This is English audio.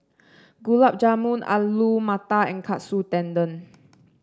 Gulab Jamun Alu Matar and Katsu Tendon